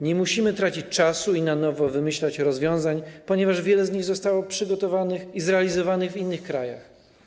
Nie musimy tracić czasu i na nowo wymyślać rozwiązań, ponieważ wiele z nich zostało przygotowanych i zrealizowanych w innych krajach.